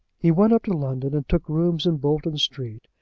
he went up to london and took rooms in bolton street.